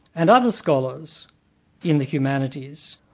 and other scholars in the humanities,